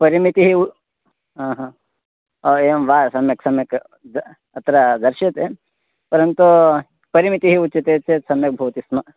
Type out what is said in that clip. परिमितिः उत आह ओ एवं वा सम्यक् सम्यक् तत् अत्र दर्श्यते परन्तु परिमितिः उच्यते चेत् सम्यक् भवति स्म